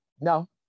No